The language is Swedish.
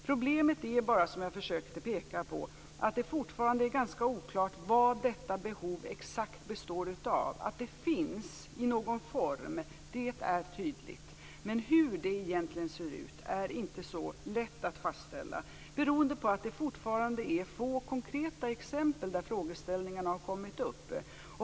Problemet är bara, som jag försökte peka på, att det fortfarande är ganska oklart vad detta behov exakt består av. Att det finns i någon form, det är tydligt. Men hur det egentligen ser ut är inte så lätt att fastställa beroende på att det fortfarande är få konkreta exempel där frågeställningen har kommit upp.